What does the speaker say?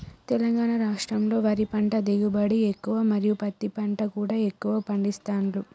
తెలంగాణ రాష్టంలో వరి పంట దిగుబడి ఎక్కువ మరియు పత్తి పంట కూడా ఎక్కువ పండిస్తాండ్లు